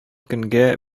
көнгә